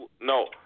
No